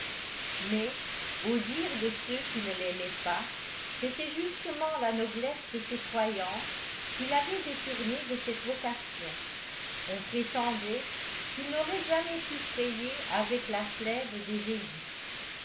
mais au dire de ceux qui ne l'aimaient pas c'était justement la noblesse de ses croyances qui l'avait détourné de cette vocation on prétendait qu'il n'aurait jamais pu frayer avec la plèbe des élus